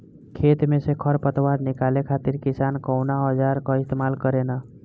खेत में से खर पतवार निकाले खातिर किसान कउना औजार क इस्तेमाल करे न?